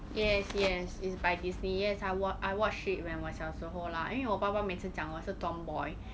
yes yes is by Disney yes I wat~ I watched it when I was 小时候 lah 因为我爸爸每次讲我是 tomboy